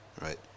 right